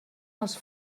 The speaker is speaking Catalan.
els